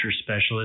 Specialist